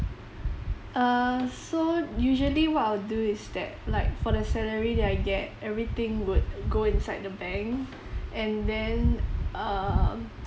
uh so usually what I'll do is that like for the salary that I get everything would go inside the bank and then um